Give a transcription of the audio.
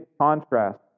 contrast